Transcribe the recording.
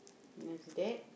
then after that